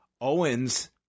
owens